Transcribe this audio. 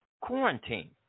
quarantine